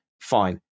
fine